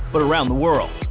but around the world.